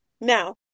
now